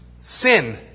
sin